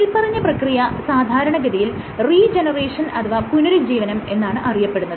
മേല്പറഞ്ഞ പ്രക്രിയ സാധാരണഗതിയിൽ റീജെനെറേഷൻ അഥവാ പുനരുജ്ജീവനം എന്നാണ് അറിയപ്പെടുന്നത്